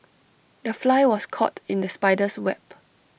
the fly was caught in the spider's web